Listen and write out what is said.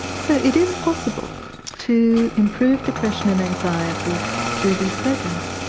so it is possible to improve depression and anxiety through these programs.